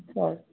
సరే